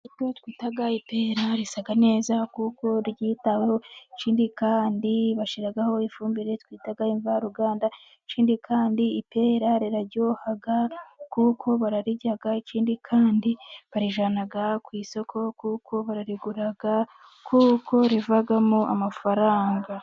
Igiti twita ipera risa neza kuko ryitaweho ikindi kandi bashyiraho ifumbire twita imvaruganda, ikindi kandi ipera riraryoha kuko bararirya, ikindi kandi barijyana ku isoko kuko bararigura kuko rivamo amafaranga.